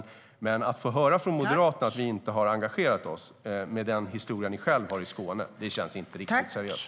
Att få höra från Moderaterna att vi inte har engagerat oss, med den historia de själva har i Skåne, känns inte riktigt seriöst.